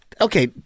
okay